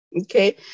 Okay